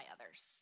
others